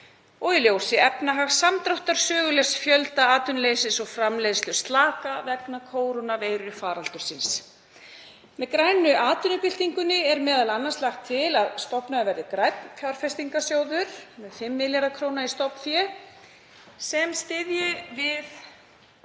og í ljósi efnahagssamdráttar, sögulegs fjöldaatvinnuleysis og framleiðsluslaka vegna kórónuveirufaraldursins. Með grænu atvinnubyltingunni er m.a. lagt til að stofnaður verði grænn fjárfestingarsjóður með 5 milljarða kr. í stofnfé, sem styðji við